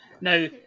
Now